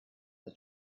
the